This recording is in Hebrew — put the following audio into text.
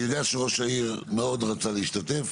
שראש העיר מאוד רצה להשתתף,